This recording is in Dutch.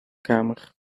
kamer